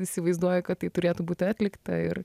įsivaizduoju kad tai turėtų būti atlikta ir